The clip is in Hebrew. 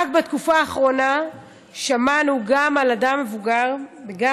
רק בתקופה האחרונה שמענו גם על אדם מבוגר וגם